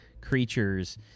creatures